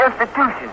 institution